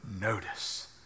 notice